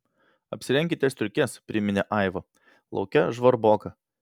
apsirenkite striukes priminė aiva lauke žvarboka